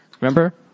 Remember